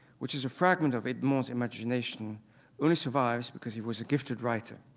which is a fragment of edmond's imagination only survives because he was a gifted writer.